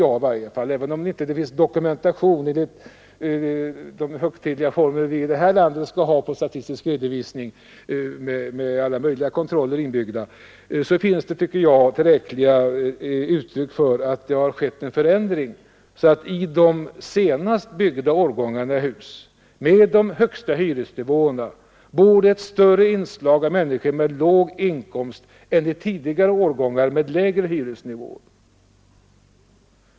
Jag tycker att det finns tydliga uttryck för att det har skett en ändring — även om det inte finns någon så högtidlig dokumentation med alla möjliga inbyggda kontroller, som vi gärna vill ha här i landet när det gäller statistisk redovisning. Och de tecknen säger oss att i de senaste årgångarna av nybyggda hus, dvs. hus med de högsta hyresnivåerna, bor nu ett större inslag av människor med låga inkomster än i tidigare årgångar med lägre hyresnivå.